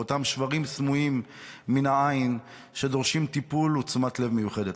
באותם שברים סמויים מן העין שדורשים טיפול ותשומת לב מיוחדת.